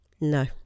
No